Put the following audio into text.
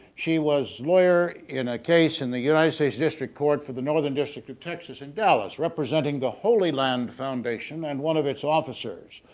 she was lawyer in a case in the united states district court for the northern district of texas in dallas representing the holy land foundation and one of its officers,